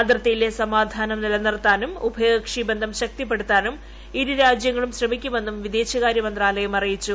അതിർത്തിയിലെ സമാധാനം നിലനിർത്താനും ഉഭയിക്ക്ഷി ബന്ധം ശക്തിപ്പെടുത്താനും ഇരു രാജ്യങ്ങളും ശ്രമിക്കുമെന്നും വിദേശകാര്യ മന്ത്രാലയം അറിയിച്ചു